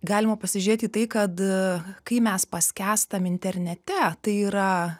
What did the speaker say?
galima pasižiūrėti į tai kad kai mes paskęstam internete tai yra